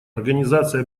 организация